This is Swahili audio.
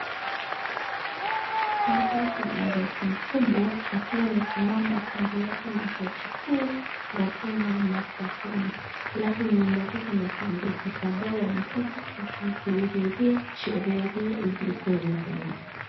Hapa kuna rais mkubwa akiwa amesimama kando yake na jaji kuu la Kenya Martha Koome, halafu nyuma yake kuna viongozi kadhaa wamekuja kushuhudia sherehe hiyo iliyokuwa imefanyika.